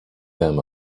them